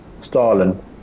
Stalin